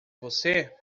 você